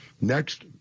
Next